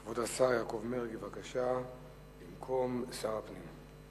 כבוד השר יעקב מרגי, בבקשה, במקום שר הפנים.